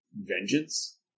Vengeance